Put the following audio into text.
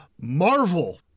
Marvel